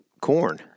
corn